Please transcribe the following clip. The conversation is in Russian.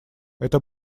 это